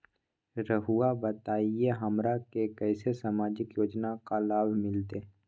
रहुआ बताइए हमरा के कैसे सामाजिक योजना का लाभ मिलते?